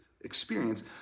experience